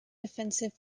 defensive